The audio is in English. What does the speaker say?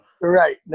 right